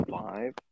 five